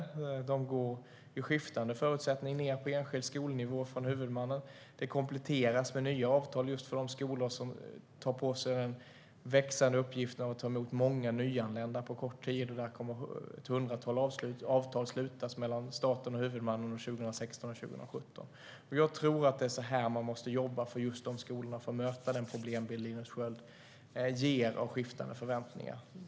Avtalen går, med skiftande förutsättningar, ned på enskild skolnivå för huvudmannen och kompletteras med nya avtal för de skolor som tar på sig den växande uppgiften att ta emot många nyanlända på kort tid. Ett hundratal avtal kommer att slutas mellan staten och huvudmännen åren 2016 och 2017. Jag tror att det är så här man måste jobba med de skolorna för att möta den problembild Linus Sköld ger av skiftande förväntningar.